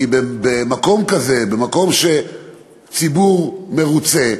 כי במקום כזה, במקום שהציבור מרוצה,